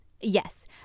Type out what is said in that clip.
Yes